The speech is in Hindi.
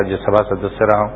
राज्य सभा सदस्य रहा हूं